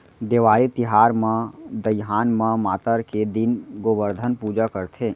देवारी तिहार म दइहान म मातर के दिन गोबरधन पूजा करथे